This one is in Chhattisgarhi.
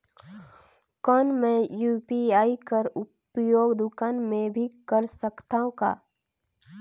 कौन मै यू.पी.आई कर उपयोग दुकान मे भी कर सकथव का?